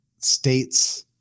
states